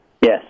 Yes